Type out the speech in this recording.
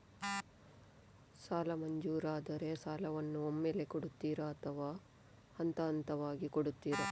ಸಾಲ ಮಂಜೂರಾದರೆ ಸಾಲವನ್ನು ಒಮ್ಮೆಲೇ ಕೊಡುತ್ತೀರಾ ಅಥವಾ ಹಂತಹಂತವಾಗಿ ಕೊಡುತ್ತೀರಾ?